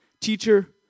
Teacher